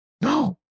No